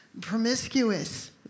promiscuous